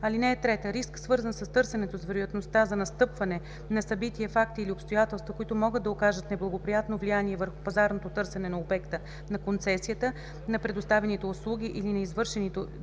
риск. (3) Риск, свързан с търсенето, е вероятността за настъпване на събития, факти или обстоятелства, които могат да окажат неблагоприятно влияние върху пазарното търсене на обекта на концесията, на предоставяните услуги или на извършваните